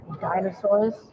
Dinosaurs